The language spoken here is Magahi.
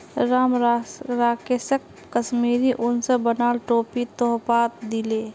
राम राकेशक कश्मीरी उन स बनाल टोपी तोहफात दीले